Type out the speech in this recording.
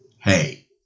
Hey